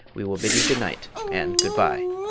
we will bid you good-night and good-bye.